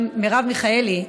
מרב מיכאלי,